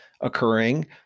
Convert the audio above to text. occurring